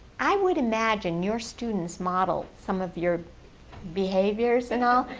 i would imagine your students model some of your behaviors and all.